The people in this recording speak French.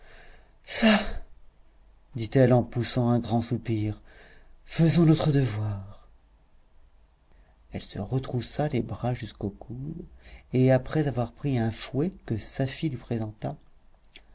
ça dit-elle en poussant un grand soupir faisons notre devoir elle se retroussa les bras jusqu'au coude et après avoir pris un fouet que safie lui présenta